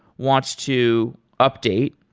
wants to update,